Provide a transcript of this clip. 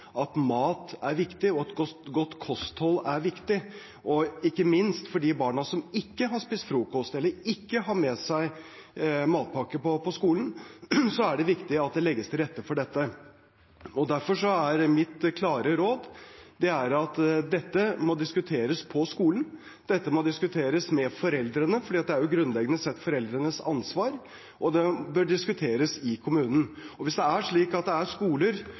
at mat er viktig, og at godt kosthold er viktig. Ikke minst for de barna som ikke har spist frokost, eller ikke har med seg matpakke på skolen, er det viktig at det legges til rette for dette. Derfor er mitt klare råd at dette må diskuteres på skolen, dette må diskuteres med foreldrene, for det er grunnleggende sett foreldrenes ansvar, og det bør diskuteres i kommunen. Hvis det er slik at det er skoler